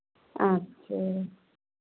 अच्छा